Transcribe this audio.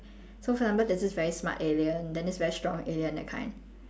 so for example there's this very smart alien then this very strong alien that kind